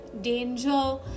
danger